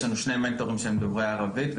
יש לנו שני מנטורים דוברי ערבית,